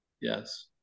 Yes